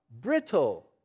brittle